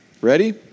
Ready